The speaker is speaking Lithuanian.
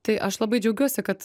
tai aš labai džiaugiuosi kad